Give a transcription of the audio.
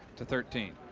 to thirteen.